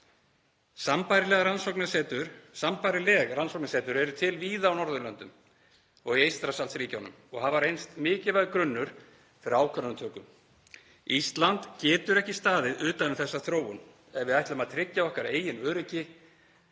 góðar umsagnir berist. Sambærileg rannsóknasetur eru til víða á Norðurlöndum og í Eystrasaltsríkjunum og hafa reynst mikilvægur grunnur fyrir ákvarðanatöku. Ísland getur ekki staðið utan við þessa þróun ef við ætlum að tryggja okkar eigin öryggi